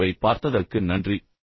இந்த வீடியோவைப் பார்த்ததற்கு நன்றி